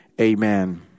Amen